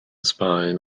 sbaen